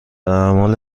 اعمال